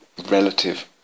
relative